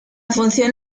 función